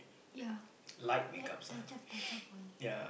ya like touch up touch up only